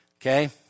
Okay